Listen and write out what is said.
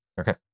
okay